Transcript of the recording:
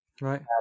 Right